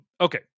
okay